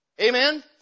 Amen